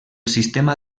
sistema